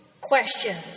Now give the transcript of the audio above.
questions